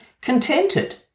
contented